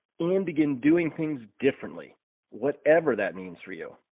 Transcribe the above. and begin doing things differently whatever that means for you.